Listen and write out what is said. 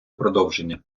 продовження